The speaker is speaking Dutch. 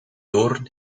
doorn